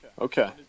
Okay